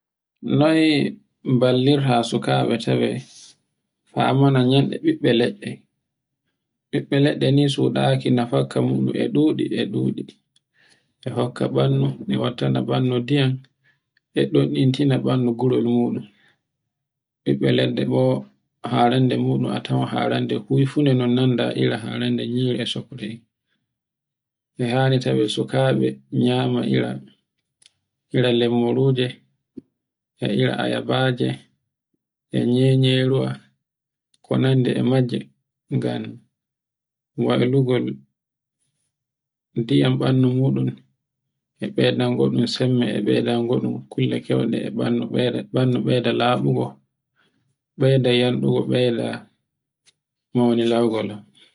Noy ballirta sukaɓe tawe famane yanɗe ɓiɓɓe leɗɗe. Biɓɓe laɗɗe ni suɗaaki nafakka muɗum e ɗuɗi e ɗuɗi, e hokka ɓandu, e wattana bandu ndiyam e don entina ɓandu gurol muɗum. Biɓɓe ladde bo harande muɗun a tawan e yifu ne non nanda ira harande nyiri e sokora en. e hani tawe sukaɓe nyama ira, ira lemmurunje, e ira ayabaje, e nyeyeruwa, e ko nanda e majje, ngam waylugol ndiyam ɓandu muɗum e saydango ɗum. e naydango ɗum sembe e ɓaydango kulle keyde e ɓandu ɓeyda laɓugo e bayda yanɗugo ɓeyda yandugo ɓeyda maunilaugo don.